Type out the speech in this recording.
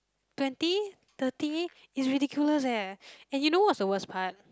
twenty thirty is ridiculous leh and you know what's the worst part